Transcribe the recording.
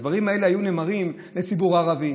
הדברים האלה היו נאמרים לציבור הערבי,